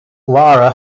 lara